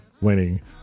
winning